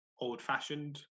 old-fashioned